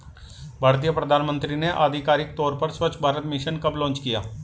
भारतीय प्रधानमंत्री ने आधिकारिक तौर पर स्वच्छ भारत मिशन कब लॉन्च किया?